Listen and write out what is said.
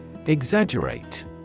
Exaggerate